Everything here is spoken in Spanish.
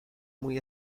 muy